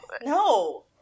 No